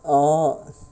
oh